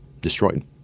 destroyed